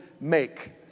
make